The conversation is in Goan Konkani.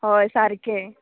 हय सारकें